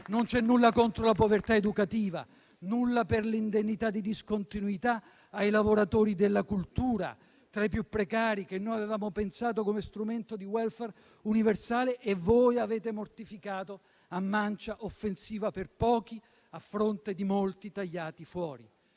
Non c'è nulla contro la povertà educativa, nulla per l'indennità di discontinuità ai lavoratori della cultura, tra i più precari, che noi avevamo pensato come strumento di *welfare* universale e voi avete mortificato a mancia offensiva per pochi, a fronte di molti tagliati fuori.